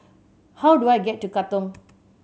how do I get to Katong